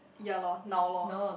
ya lor now lor